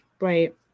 Right